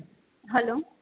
hello